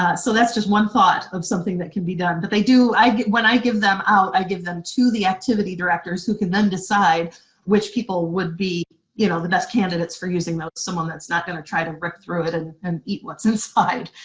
ah so that's just one thought of something that can be done. but the do, when i give them out i give them to the activity directors who can then decide which people would be you know the best candidate for using those, someone that's not gonna try to rip through it and and eat what's inside,